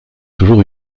toujours